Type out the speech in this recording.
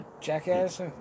jackass